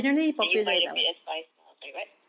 did you buy the P_S five no sorry what